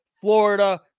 Florida